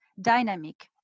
dynamic